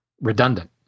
redundant